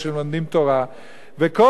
וכל אנשי המשרד,